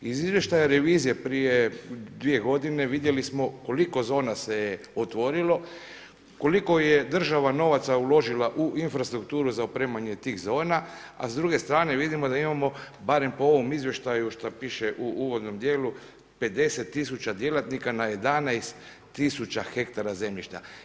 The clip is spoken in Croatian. Iz izvještaja revizije prije 2 godine vidjeli smo koliko zona se je otvorilo, koliko je država novaca uložila u infrastrukturu za opremanje tih zona a s druge strane vidimo da imamo barem po ovo izvještaju šta piše u uvodnom djelu, 50 000 djelatnika na 11 000 hektara zemljišta.